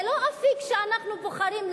זה לא אפיק שאנחנו בוחרים,